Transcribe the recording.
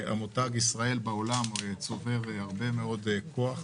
המותג "ישראל" בעולם צובר הרבה מאוד כוח,